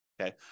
Okay